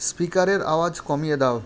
স্পিকারের আওয়াজ কমিয়ে দাও